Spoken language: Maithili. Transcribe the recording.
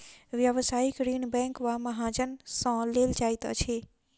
व्यवसायिक ऋण बैंक वा महाजन सॅ लेल जाइत अछि